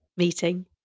Meeting